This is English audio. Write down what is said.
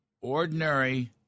ordinary